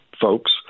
folks